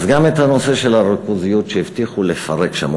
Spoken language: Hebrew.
אז גם את הנושא של הריכוזיות שהבטיחו לפרק שם,